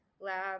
lab